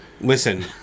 Listen